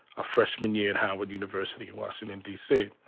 ah freshman year at howard university in washington dc.